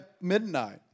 midnight